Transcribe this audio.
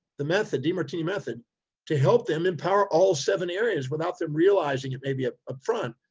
the method, demartini method to help them empower all seven areas without them realizing it maybe ah upfront,